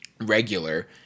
regular